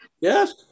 Yes